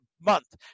month